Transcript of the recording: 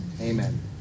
amen